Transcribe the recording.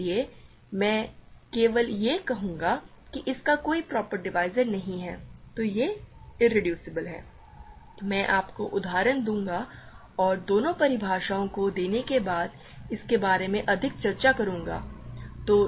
इसलिए मैं केवल यह कहूंगा कि इसका कोई प्रॉपर डिवीज़र नहीं है तो यह इरेड्यूसबल है मैं आपको उदाहरण दूंगा और दोनों परिभाषाओं को देने के बाद इसके बारे में अधिक चर्चा करूंगा